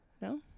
No